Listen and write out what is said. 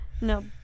No